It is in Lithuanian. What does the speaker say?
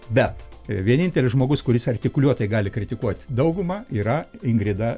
bet vienintelis žmogus kuris artikuliuotai gali kritikuoti daugumą yra ingrida